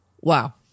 Wow